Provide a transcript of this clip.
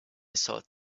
thought